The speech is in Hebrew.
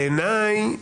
בעיניי,